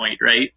right